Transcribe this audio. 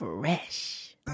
Fresh